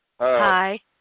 Hi